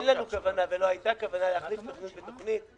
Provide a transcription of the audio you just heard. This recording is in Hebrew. אין לנו כוונה ולא הייתה כוונה להחליף תוכנית בתוכנית.